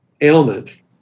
ailment